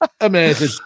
Amazing